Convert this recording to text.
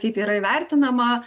kaip yra įvertinama